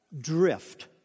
drift